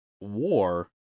War